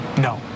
No